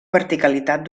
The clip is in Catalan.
verticalitat